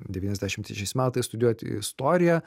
devyniasdešimt trečiais metais studijuoti istoriją